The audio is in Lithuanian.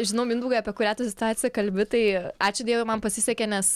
žinau mindaugai apie kurią tu situaciją kalbi tai ačiū dievui man pasisekė nes